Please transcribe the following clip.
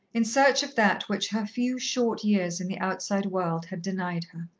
in search of that which her few short years in the outside world had denied her.